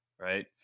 right